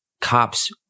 cops